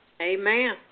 Amen